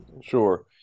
Sure